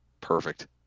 perfect